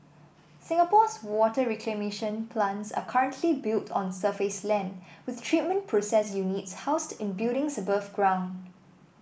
Singapore's water reclamation plants are currently built on surface land with treatment process units housed in buildings above ground